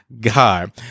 God